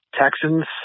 Texans